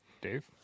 Dave